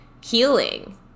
healing